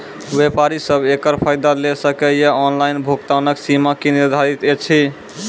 व्यापारी सब एकरऽ फायदा ले सकै ये? ऑनलाइन भुगतानक सीमा की निर्धारित ऐछि?